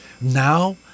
Now